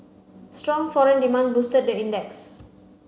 strong foreign demand boosted the index